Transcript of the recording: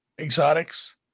exotics